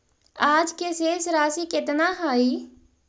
आज के शेष राशि केतना हई?